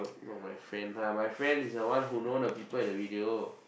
not my friend lah my friend is the one who know the people in the video